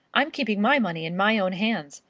i'm keeping my money in my own hands.